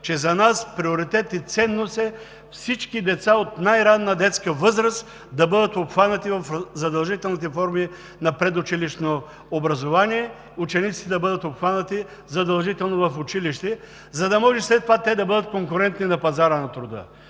че за нас приоритет и ценност е всички деца от най-ранна детска възраст да бъдат обхванати в задължителните форми на предучилищно образование, учениците да бъдат обхванати задължително в училище, за да могат след това те да бъдат конкурентни на пазара на труда.